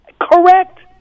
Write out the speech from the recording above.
Correct